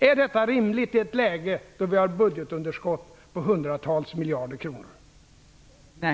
Är detta rimligt i ett läge då vi har ett budgetunderskott på hundratals miljarder kronor?